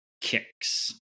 kicks